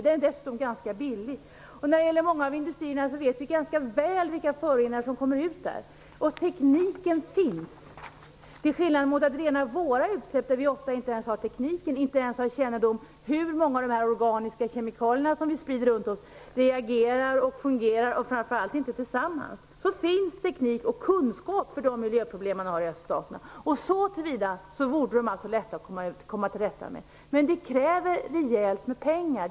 Den är dessutom ganska billig. När det gäller många av industrierna vet vi ganska väl vilka föroreningar som de släpper ut. Tekniken finns. Till skillnad mot våra utsläpp, där vi ofta inte ens har tekniken, inte ens har kännedom om hur många av de organiska kemikalierna som vi sprider runt oss reagerar och fungerar, framför allt inte tillsammans, finns teknik för och kunskap om de problem man har i öststaterna. Så till vida borde de vara lätta att komma till rätta med. Men det kräver rejält med pengar.